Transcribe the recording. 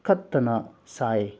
ꯈꯛꯇꯅ ꯁꯥꯏ